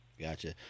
Gotcha